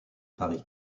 paris